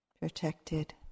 Protected